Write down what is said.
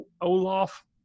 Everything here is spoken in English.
Olaf